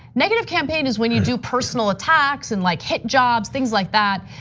negative campaign is when you do personal attacks, and like hit jobs, things like that.